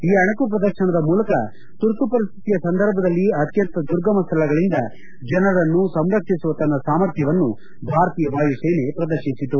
ಈ ಅಣಕು ಪ್ರದರ್ಶನದ ಮೂಲಕ ತುರ್ತು ಪರಿಸ್ಥಿತಿಯ ಸಂದರ್ಭದಲ್ಲಿ ಅತ್ಯಂತ ದುರ್ಗಮ ಸ್ಥಳಗಳಿಂದ ಜನರನ್ನು ಸಂರಕ್ಷಿಸುವ ತನ್ನ ಸಾಮರ್ಥ್ಲವನ್ನು ಭಾರತೀಯ ವಾಯುಸೇನೆ ಪ್ರದರ್ಶಿಸಿತು